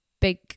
big